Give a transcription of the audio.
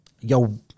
Yo